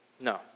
No